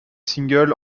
singles